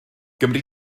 gymri